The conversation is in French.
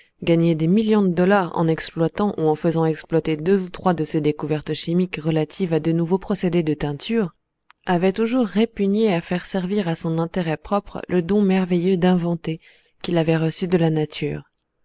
gagner des millions de dollars en exploitant ou en faisant exploiter deux ou trois de ses découvertes chimiques relatives à de nouveaux procédés de teinture avait toujours répugné à faire servir à son intérêt propre le don merveilleux d inventer qu'il avait reçu de la nature